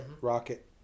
rocket